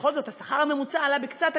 בכל זאת, השכר הממוצע עלה קצת.